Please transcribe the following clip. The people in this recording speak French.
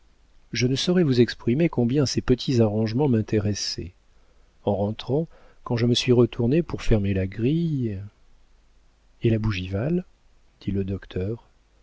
je ne saurais vous exprimer combien ces petits arrangements m'intéressaient en rentrant quand je me suis retournée pour fermer la grille et la bougival dit le docteur